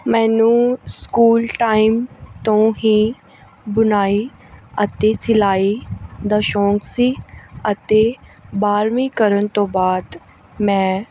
ਮੈਨੂੰ school time ਤੋਂ ਹੀ ਬੁਣਾਈ ਅਤੇ ਸਿਲਾਈ ਦਾ ਸ਼ੌਂਕ ਸੀ ਅਤੇ ਬਾਰ੍ਹਵੀਂ ਕਰਨ ਤੋਂ ਬਾਅਦ ਮੈਂ